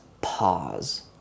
pause